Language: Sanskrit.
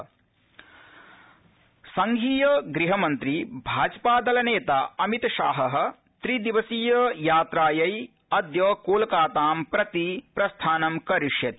अमित शाह संघीय गृहमन्त्री भाजपा नेता अमित शाह त्रिदिवसीय यात्रायै अद्य कोलकातां प्रति प्रस्थानं करिष्यति